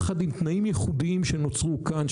יחד עם תנאים ייחודים שנוצרו כאן,